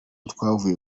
twavuye